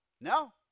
No